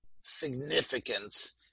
significance